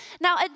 Now